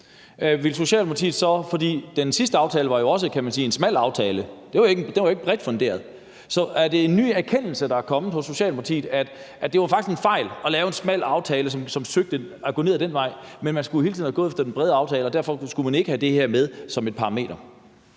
Den sidste aftale var jo også, kan man sige, en smal aftale, den var ikke bredt funderet, så er det en ny erkendelse, der er kommet hos Socialdemokratiet, at det faktisk var en fejl at lave en smal aftale, som forsøgte at gå ned ad den vej, at man hele tiden skulle have gået efter den brede aftale, og at man derfor ikke skulle have haft det her med som et parameter?